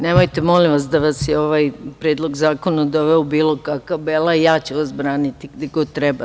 Nemojte molim vas da vas je ovaj Predlog zakona doveo u bilo kakav belaj, ja ću vas braniti gde god treba.